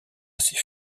assez